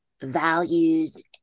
values